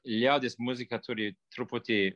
liaudies muzika turi truputį